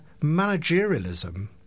managerialism